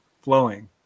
flowing